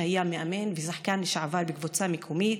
שהיה מאמן ושחקן לשעבר בקבוצה מקומית,